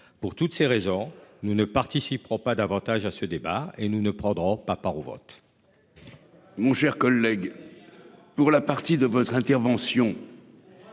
Pour toutes ces raisons, nous ne participerons pas au débat qui va s'ouvrir et nous ne prendrons pas part au vote.